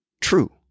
true